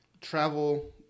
travel